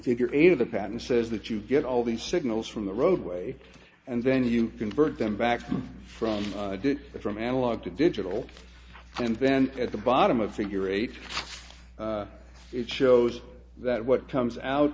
figure eight of the patent says that you get all the signals from the roadway and then you convert them back from the from analog to digital and then at the bottom of figure eight it shows that what comes out